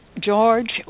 George